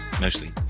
Mostly